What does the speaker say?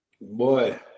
Boy